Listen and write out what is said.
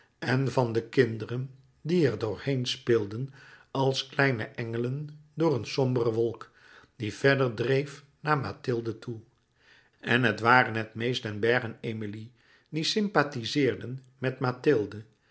en van de kinderen die er doorheen speelden als kleine engelen door een sombere wolk die verder dreef naar mathilde toe en het waren het meest den bergh en emilie die sympathizeerden met mathilde